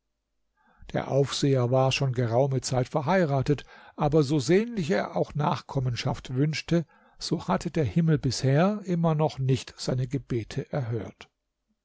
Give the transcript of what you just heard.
der aufseher war schon geraume zeit verheiratet aber so sehnlich er auch nachkommenschaft wünschte so hatte der himmel bisher immer noch nicht seine gebete erhört